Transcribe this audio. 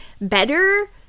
better